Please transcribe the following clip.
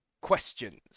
questions